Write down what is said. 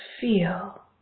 feel